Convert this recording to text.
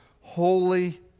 holy